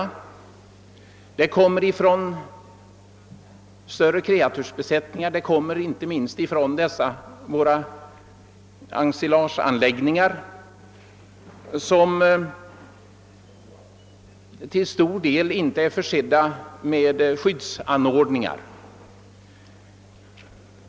Förorening uppstår även genom större kreatursbesättningar och inte minst genom ensilageanläggningar som i stor utsträckning saknar skyddsanordningar.